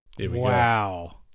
Wow